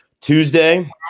Tuesday